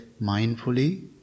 mindfully